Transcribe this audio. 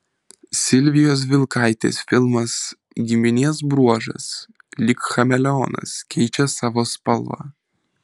silvijos vilkaitės filmas giminės bruožas lyg chameleonas keičia savo spalvą